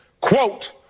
quote